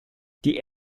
die